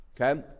okay